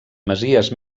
masies